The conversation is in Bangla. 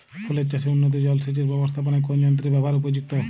ফুলের চাষে উন্নত জলসেচ এর ব্যাবস্থাপনায় কোন যন্ত্রের ব্যবহার উপযুক্ত?